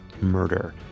murder